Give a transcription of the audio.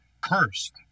Cursed